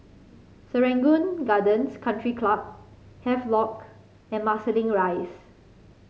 Serangoon Gardens Country Club Havelock and Marsiling Rise